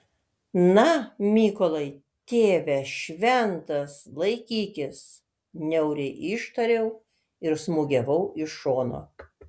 na mykolai tėve šventas laikykis niauriai ištariau ir smūgiavau iš šono